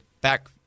back